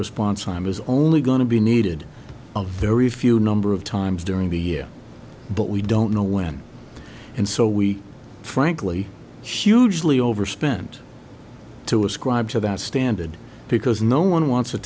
response time is only going to be needed a very few number of times during the year but we don't know when and so we frankly hugely overspend to ascribe to that standard because no one wants to